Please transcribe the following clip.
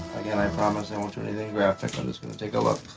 again i promise i won't do anything graphic, i'm just gonna take a